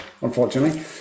unfortunately